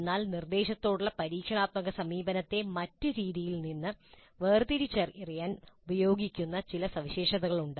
എന്നാൽ നിർദ്ദേശങ്ങളോടുള്ള പരീക്ഷണാത്മക സമീപനത്തെ മറ്റ് രീതികളിൽ നിന്ന് വേർതിരിച്ചറിയാൻ ഉപയോഗിക്കുന്ന ചില സവിശേഷതകൾ ഉണ്ട്